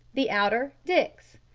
the outer dick's.